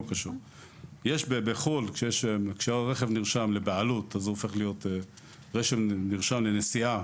בחו"ל כשהרכב נרשם לבעלות ולנסיעה,